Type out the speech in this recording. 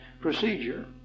procedure